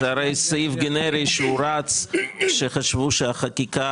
זה הרי סעיף גנרי שהוא רץ כשחשבו שהחקיקה